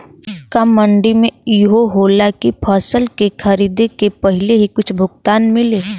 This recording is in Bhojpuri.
का मंडी में इहो होला की फसल के खरीदे के पहिले ही कुछ भुगतान मिले?